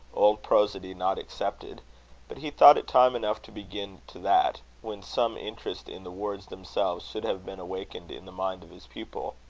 old prosody not excepted but he thought it time enough to begin to that, when some interest in the words themselves should have been awakened in the mind of his pupil.